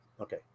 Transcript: Okay